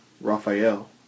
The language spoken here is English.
Raphael